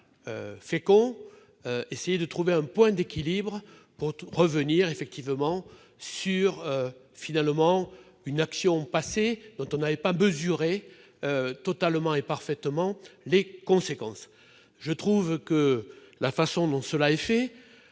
fécond, de trouver un point d'équilibre pour revenir sur une action passée dont on n'avait pas mesuré totalement et parfaitement les conséquences. Je trouve que la façon dont tout cela est fait,